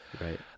Right